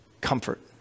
comfort